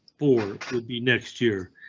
four would be next year.